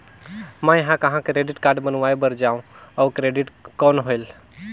मैं ह कहाँ क्रेडिट कारड बनवाय बार जाओ? और क्रेडिट कौन होएल??